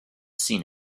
seen